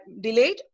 delayed